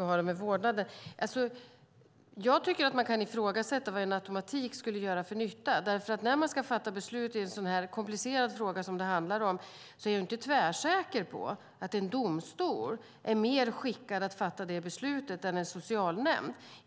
om vårdnaden. Man kan ifrågasätta vad en automatik skulle göra för nytta. När man ska fatta beslut i en sådan komplicerad fråga är jag inte tvärsäker på att en domstol är mer skickad att fatta det beslutet än en socialnämnd.